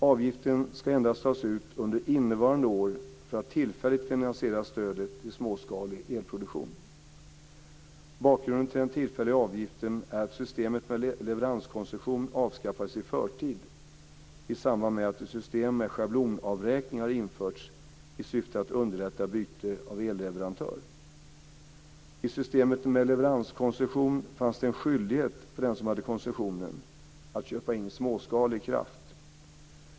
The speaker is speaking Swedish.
Avgiften ska endast tas ut under innevarande år för att tillfälligt finansiera stödet till småskalig elproduktion. Bakgrunden till den tillfälliga avgiften är att systemet med leveranskoncession avskaffades i förtid i samband med att ett system med schablonavräkning har införts i syfte att underlätta byte av elleverantör. I systemet med leveranskoncession fanns det en skyldighet för den som hade koncessionen att köpa in småskalig kraft.